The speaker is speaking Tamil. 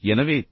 எனவே பி